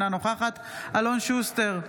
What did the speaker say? אינה נוכחת אלון שוסטר,